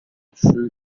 through